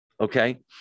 okay